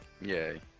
Yay